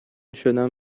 شدم